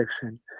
section